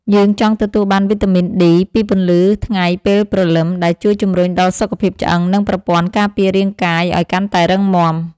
យើងចង់ទទួលបានវីតាមីនឌី ពីពន្លឺថ្ងៃពេលព្រលឹម ដែលជួយជម្រុញដល់សុខភាពឆ្អឹង និងប្រព័ន្ធការពាររាងកាយឱ្យកាន់តែរឹងមាំ។